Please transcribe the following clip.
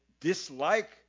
dislike